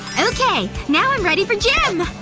okay! now i'm ready for gym!